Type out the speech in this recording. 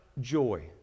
joy